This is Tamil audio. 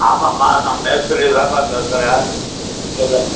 ஆமாம்மா நான் மேஸ்திரிதாம்மா பேசுகிறேன் சொல்லுங்கள்